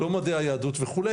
לא מדעי היהדות וכו',